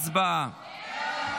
הצבעה.